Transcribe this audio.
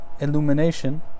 illumination